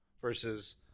versus